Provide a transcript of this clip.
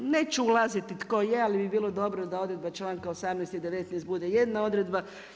Neću ulaziti tko je ali bi bilo dobro da odredba članka 18. i 19. bude jedna odredba.